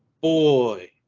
boy